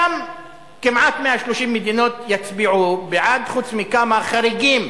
שם כמעט 130 מדינות יצביעו בעד, חוץ מכמה חריגים,